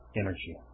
energy